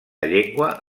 llengua